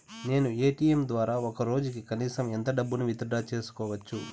నేను ఎ.టి.ఎం ద్వారా ఒక రోజుకి కనీసం ఎంత డబ్బును విత్ డ్రా సేసుకోవచ్చు?